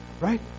Right